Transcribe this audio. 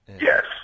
Yes